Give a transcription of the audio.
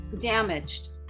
damaged